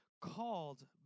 called